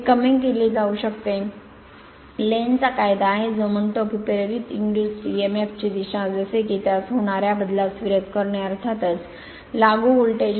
हे कमी केले जाऊ शकते लेन्झचा कायदा Lenz's lawआहे जो म्हणतो की प्रेरित emf ची दिशा जसे की त्यास होणार्या बदलास विरोध करणे अर्थातच लागू व्होल्टेज